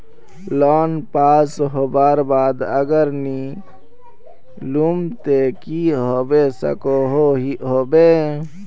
Loan pass होबार बाद अगर नी लुम ते की होबे सकोहो होबे?